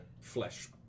flesh